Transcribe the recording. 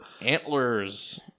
antlers